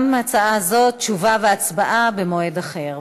גם על ההצעה הזאת, תשובה והצבעה במועד אחר.